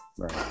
right